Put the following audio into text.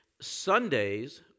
Sundays